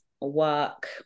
work